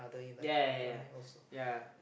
ya ya ya ya